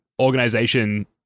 organization